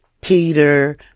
Peter